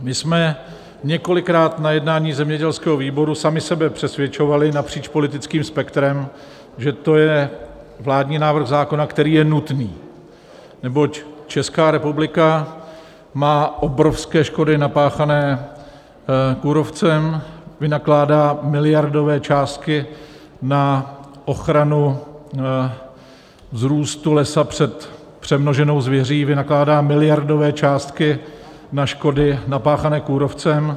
My jsme několikrát na jednání zemědělského výboru sami sebe přesvědčovali napříč politickým spektrem, že to je vládní návrh zákona, který je nutný, neboť Česká republika má obrovské škody napáchané kůrovcem, vynakládá miliardové částky na ochranu vzrůstu lesa před přemnoženou zvěří, vynakládá miliardové částky na škody napáchané kůrovcem.